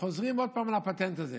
חוזרים עוד פעם לפטנט הזה